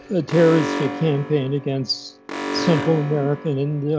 a terroristic campaign against central america and and